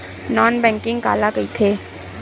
Non banking काला कइथे?